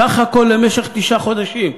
סך הכול למשך תשעה חודשים.